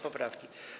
poprawki.